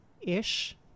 ish